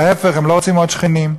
ההפך, הם לא רוצים עוד שכנים.